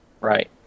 Right